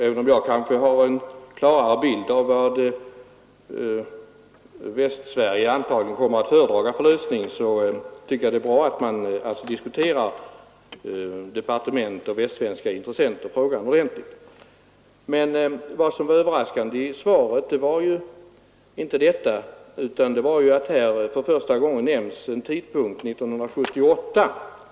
Även om jag kanske har en klarare bild av vad Västsverige antagligen kommer att föredraga för lösning tycker jag det är bra att departementet och västsvenska intressenter diskuterar frågan ordentligt. Men det överraskande i svaret var inte detta utan att här för första gången nämns en tidpunkt, 1978.